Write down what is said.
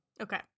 Okay